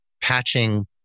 patching